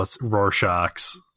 Rorschach's